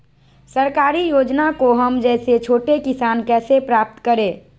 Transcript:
सरकारी योजना को हम जैसे छोटे किसान कैसे प्राप्त करें?